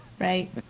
Right